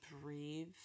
breathe